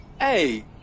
Hey